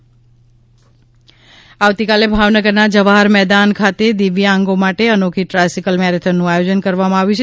tricycle marathon Bhavnagar આવતીકાલે ભાવનગરના જવાહર મેદાન ખાતે દિવ્યાંગો માટે અનોખી ટ્રાયસિકલ મેરેથોનનું આયોજન કરવામાં આવ્યું છે